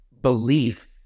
belief